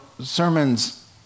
sermons